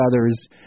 others